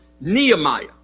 Nehemiah